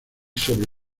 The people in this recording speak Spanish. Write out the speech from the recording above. sobre